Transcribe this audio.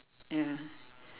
ya